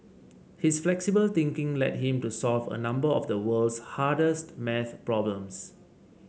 his flexible thinking led him to solve a number of the world's hardest maths problems